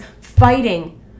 fighting